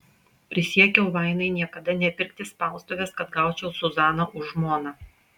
prisiekiau vainai niekada nepirkti spaustuvės kad gaučiau zuzaną už žmoną